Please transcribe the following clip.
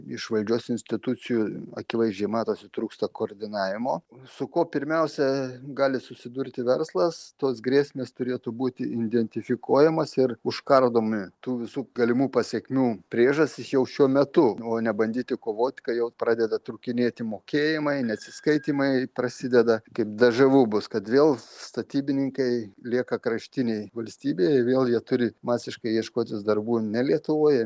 iš valdžios institucijų akivaizdžiai matosi trūksta koordinavimo su kuo pirmiausia gali susidurti verslas tos grėsmės turėtų būti identifikuojamos ir užkardomi tų visų galimų pasekmių priežastys jau šiuo metu o nebandyti kovot kai jau pradeda trūkinėti mokėjimai neatsiskaitymai prasideda kaip dežavu bus kad vėl statybininkai lieka kraštiniai valstybėje vėl jie turi masiškai ieškotis darbų ne lietuvoje